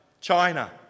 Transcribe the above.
China